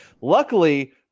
Luckily